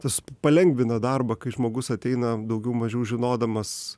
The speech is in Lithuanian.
tas palengvina darbą kai žmogus ateina daugiau mažiau žinodamas